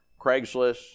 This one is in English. Craigslist